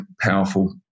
powerful